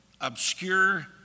obscure